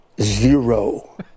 Zero